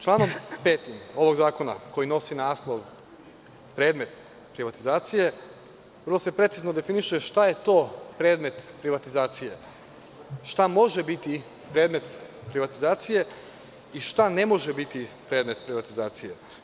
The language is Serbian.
Članom 5. ovog zakona koji nosi naslov „Predmet privatizacije“, vrlo se precizno definiše šta je to predmet privatizacije, šta može biti predmet privatizacije i šta ne može biti predmet privatizacije.